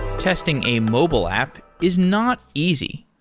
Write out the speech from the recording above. testing a mobile app is not easy.